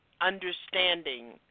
understanding